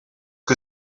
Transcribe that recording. que